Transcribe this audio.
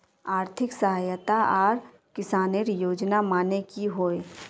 आर्थिक सहायता आर किसानेर योजना माने की होय?